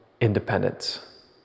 independence